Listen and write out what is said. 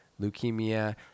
leukemia